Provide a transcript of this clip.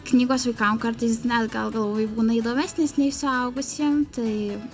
knygos vaikam kartais net gal galvoju būna įdomesnės nei suaugusiem tai